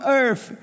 earth